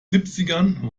siebzigern